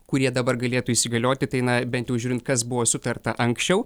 kurie dabar galėtų įsigalioti tai na bent jau žiūrint kas buvo sutarta anksčiau